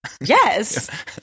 Yes